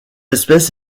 espèce